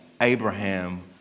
Abraham